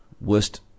worst